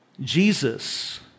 Jesus